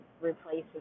replaces